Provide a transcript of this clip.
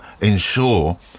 ensure